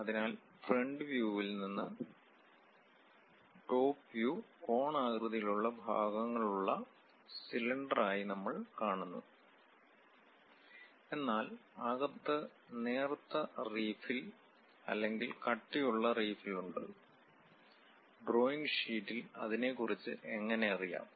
അതിനാൽ ഫ്രണ്ട് വ്യൂവിൽ നിന്ന് ടോപ് വ്യൂ കോണാകൃതിയിലുള്ള ഭാഗങ്ങളുള്ള സിലിണ്ടർ ഭാഗങ്ങൾ ആയി നമ്മൾ കാണുന്നു എന്നാൽ അകത്ത് നേർത്ത റീഫിൽ അല്ലെങ്കിൽ കട്ടിയുള്ള റീഫിൽ ഉണ്ട് ഡ്രോയിംഗ് ഷീറ്റിൽ അതിനെക്കുറിച്ച് എങ്ങനെ അറിയാം